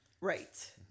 Right